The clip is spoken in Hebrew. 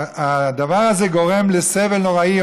הדבר הזה גורם לסבל נוראי.